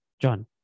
John